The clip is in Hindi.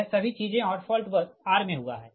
यह सभी चीजें और फॉल्ट बस r मे हुआ है